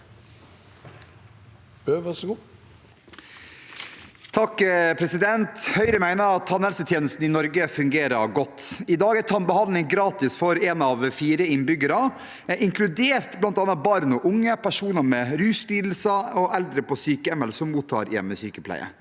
(H) Høyre mener at tannhelsetjenesten i Norge fungerer godt. I dag er tannbehandling gratis for en av fire innbyggere, inkludert bl.a. barn og unge, personer med ruslidelser og eldre som er på sykehjem, eller som mottar hjemmesykepleie.